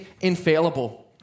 infallible